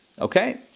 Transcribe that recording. Okay